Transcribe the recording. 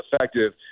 effective